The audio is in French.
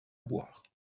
boire